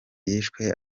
yishwe